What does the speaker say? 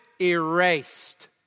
erased